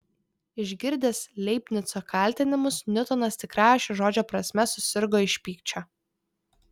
išgirdęs leibnico kaltinimus niutonas tikrąja šio žodžio prasme susirgo iš pykčio